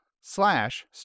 slash